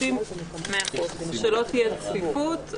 רוצים שלא תהיה צפיפות.